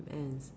ants